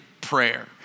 prayer